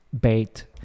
bait